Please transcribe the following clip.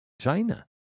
China